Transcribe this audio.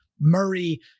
Murray